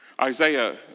Isaiah